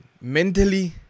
Mentally